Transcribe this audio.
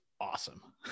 awesome